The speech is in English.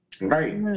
Right